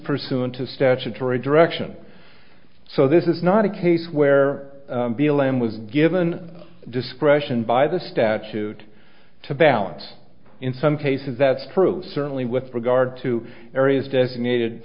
pursuant to statutory direction so this is not a case where b l m was given discretion by the statute to balance in some cases that's true certainly with regard to areas designated